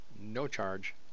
no-charge